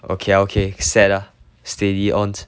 okay okay ah set ah steady on